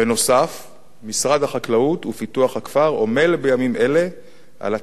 משרד החקלאות ופיתוח הכפר עמל בימים אלה על הצעת החלטה שתוגש